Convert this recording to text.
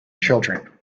children